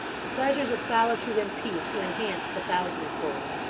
the pleasures of solitude and peace were enhanced a thousandfold.